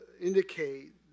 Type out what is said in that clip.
indicate